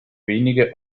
wenige